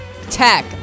tech